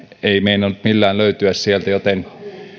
ei meinannut millään löytyä joten